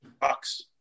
box